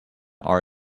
are